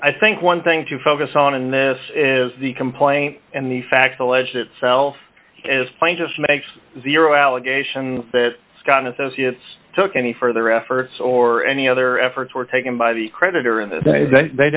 i think one thing to focus on in this is the complaint and the facts alleged itself as plain just makes zero allegations that scott and associates took any further efforts or any other efforts were taken by the creditor in that they